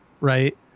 Right